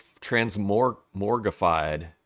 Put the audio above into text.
transmorgified